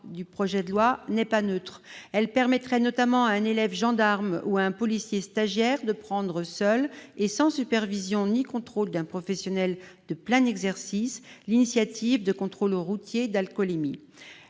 du projet de loi n'est pas neutre. Elle permettrait notamment à un élève gendarme ou à un policier stagiaire de prendre seul, sans supervision ni contrôle d'un professionnel de plein exercice, l'initiative de contrôles routiers d'alcoolémie.